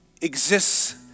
exists